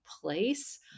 place